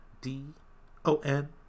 D-O-N